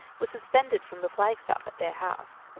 was suspended from the flagstaff at their house.